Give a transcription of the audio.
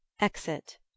exit